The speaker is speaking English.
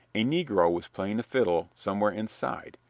a negro was playing a fiddle somewhere inside,